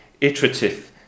iterative